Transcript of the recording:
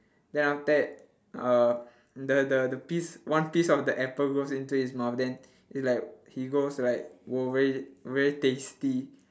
then after that uh the the piece one piece of the apple goes into his mouth then it's like he goes like !wow! very very tasty